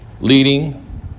leading